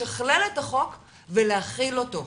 לשכלל את החוק ולהחיל אותו,